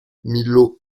miloš